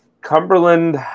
Cumberland